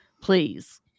please